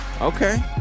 Okay